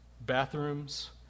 Bathrooms